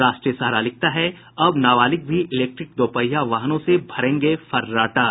राष्ट्रीय सहारा लिखता है अब नाबालिग भी इलेक्ट्रिक दोपहिया वाहनों से भरेंगे फर्राटा